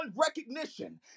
recognition